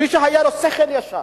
מי שהיה לו שכל ישר,